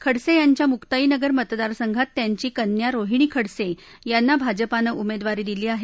खडसे यांच्या मुक्ताई नगर मतदारसंघात त्यांची कन्या रोहिणी खडसे यांना भाजपानं उमेदवारी दिली आहे